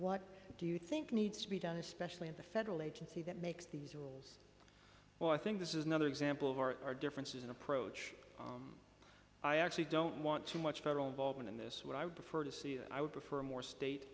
what do you think needs to be done especially in the federal agency that makes these are well i think this is another example of our differences in approach i actually don't want too much federal involvement in this what i would prefer to see and i would prefer a more state